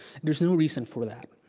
there's no reason for that.